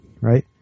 right